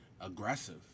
aggressive